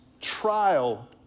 trial